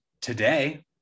today